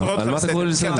יואב, אני קורא אותך לסדר.